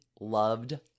loved